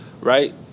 right